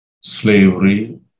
slavery